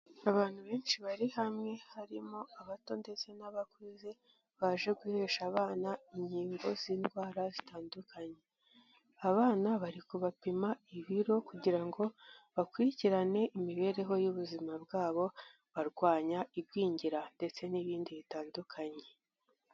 Abantu benshi bari hamwe harimo abato ndetse n'abakuze baje guhesha abana inkingo z'indwara zitandukanye, abana bari kubapima ibiro kugira ngo bakurikirane imibereho y'ubuzima bwabo barwanya igwingira ndetse n'ibindi bitandukanye.